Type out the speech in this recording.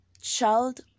Child